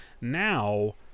now